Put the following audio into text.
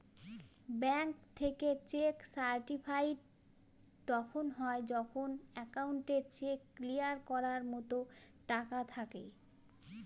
bank থেকে cheque certified তখন হয় যখন একাউন্টে চেক ক্লিয়ার করার মতো টাকা থাকে